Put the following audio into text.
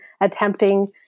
attempting